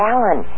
Alan